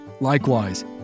Likewise